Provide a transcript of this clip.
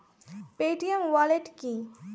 Paytm wallet কি?